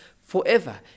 forever